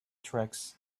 tracts